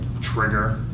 trigger